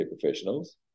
professionals